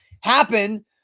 happen